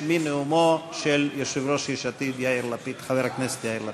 בנאומו של יושב-ראש יש עתיד חבר הכנסת יאיר לפיד.